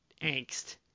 angst